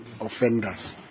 offenders